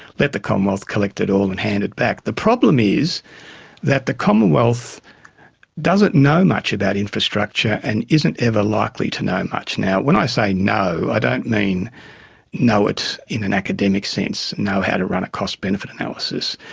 let the commonwealth collect it all and hand it back. the problem is that the commonwealth doesn't know much about infrastructure and isn't ever likely to know much. now, when i say know, i don't mean know it in an academic sense, know how to run a cost benefit analysis,